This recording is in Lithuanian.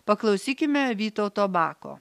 paklausykime vytauto bako